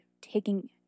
taking